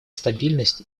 стабильность